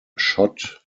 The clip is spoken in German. schott